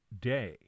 day